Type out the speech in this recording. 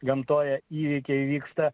gamtoje įvykiai vyksta